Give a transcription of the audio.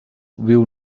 will